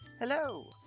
Hello